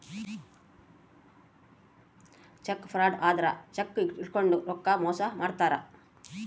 check fraud ಅಂದ್ರ cheque ಇಟ್ಕೊಂಡು ರೊಕ್ಕ ಮೋಸ ಮಾಡ್ತಾರ